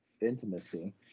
intimacy